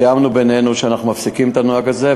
תיאמנו בינינו שאנחנו מפסיקים את הנוהג הזה,